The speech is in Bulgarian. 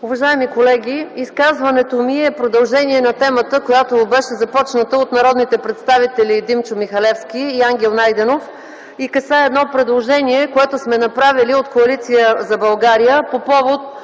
Уважаеми колеги! Изказването ми е продължение на темата, която беше започната от народните представители Димчо Михалевски и Ангел Найденов и касае предложение, направено от Коалиция за България по повод